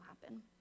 happen